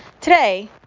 Today